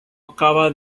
acaba